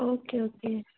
okay okay